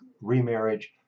remarriage